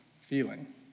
feeling